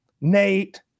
Nate